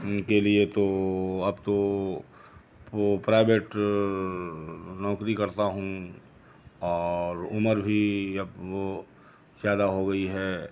उनके लिए तो अब तो वो प्राइवेट नौकरी करता हूँ और उम्र भी अब वो ज़्यादा हो गई है